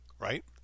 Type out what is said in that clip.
Right